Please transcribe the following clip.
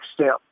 step